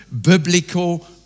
biblical